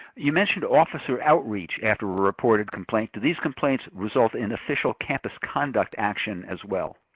you mentioned officer outreach after a reported complaint. do these complaints result in official campus conduct action, as well?